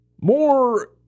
More